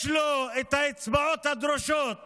יש לו את האצבעות הדרושות